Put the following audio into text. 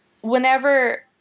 whenever